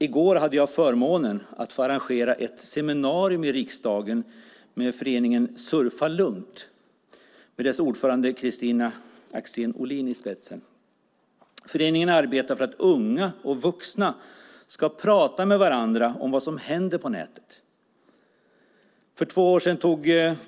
I går hade jag förmånen att få arrangera ett seminarium i riksdagen med föreningen Surfa Lugnt, med dess ordförande Kristina Axén Olin. Föreningen arbetar för att unga och vuxna ska prata med varandra om vad som händer på nätet.